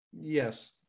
Yes